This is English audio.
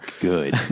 good